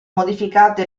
modificato